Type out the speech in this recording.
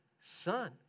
son